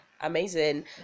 Amazing